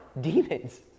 demons